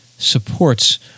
Supports